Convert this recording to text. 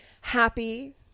happy